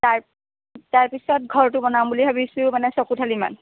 তাৰ তাৰপিছত ঘৰটো বনাম বুলি ভাবিছোঁ মানে ছকোঠালিমান